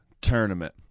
tournament